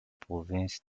province